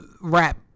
rap